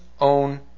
own